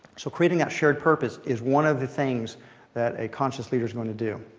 so creating that shared purpose is one of the things that a conscious leader is going to do.